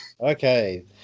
Okay